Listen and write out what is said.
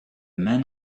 men